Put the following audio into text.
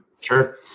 sure